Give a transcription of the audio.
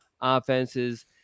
offenses